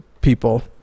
people